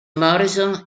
morrison